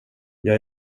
jag